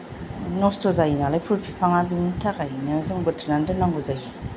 नस्त' जायो नालाय फुल फिफांआ बेनि थाखायनो जों बोथ्रोदनानै दोन्नांगौ जायो